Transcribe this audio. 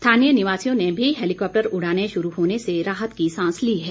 स्थानीय निवासियों ने भी हैलीकॉप्टर उड़ानें शुरू होने से राहत की सांस ली है